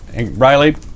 Riley